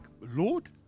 Lord